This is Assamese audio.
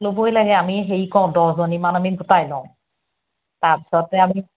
ল'বই লাগে আমি হেৰি কৰোঁ দহজনীমান আমি গোটাই লওঁ তাৰপিছতে আমি